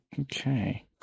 Okay